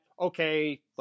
okay